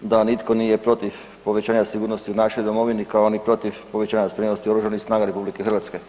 da nitko nije protiv povećanja sigurnosti u našoj domovini kao ni protiv povećanja spremnosti oružanih snaga RH.